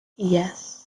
yes